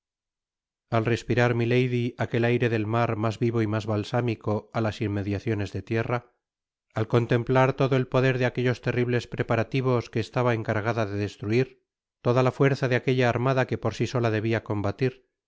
al respirar milady aquel aire del mar mas vivo y mas balsámico á las inmediaciones de tierra al contemplar todo el poder de aquellos terribles preparativos que estaba encargada de destruir toda la fuerza de aquella armada que por si sola debia combatir